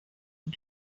und